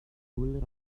cooler